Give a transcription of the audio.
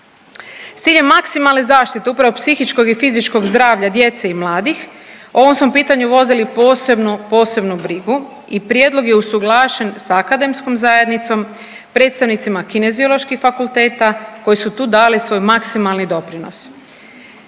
S ciljem maksimalne zaštite upravo psihičkog i fizičkog zdravlja djece i mladih o ovom smo pitanju vodili posebnu, posebnu brigu i prijedlog je usuglašen sa akademskom zajednicom, predstavnicima kinezioloških fakulteta koji su tu dali svoj maksimalni doprinos.